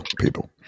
people